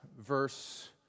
verse